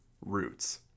roots